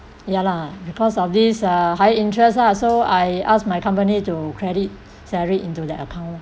ya lah because of this uh high interest lah so I ask my company to credit salary into that account